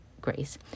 Grace